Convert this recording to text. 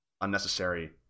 unnecessary